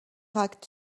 acte